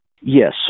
Yes